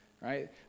right